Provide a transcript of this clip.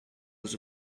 was